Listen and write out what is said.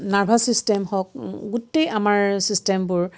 nervous system হওক গোটেই আমাৰ চিষ্টেমবোৰ